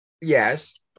Yes